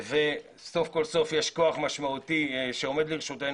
וסוף כל סוף יש כוח משמעתי שעומד לרשותנו